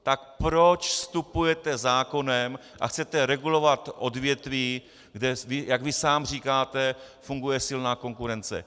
Tak proč vstupujete zákonem a chcete regulovat odvětví, kde jak vy sám říkáte, funguje silná konkurence?